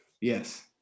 Yes